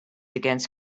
against